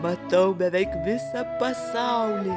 matau beveik visą pasaulį